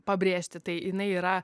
pabrėžti tai jinai yra